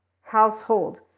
household